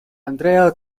andrea